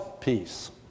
peace